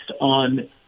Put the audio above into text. on